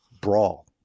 brawl